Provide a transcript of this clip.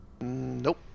Nope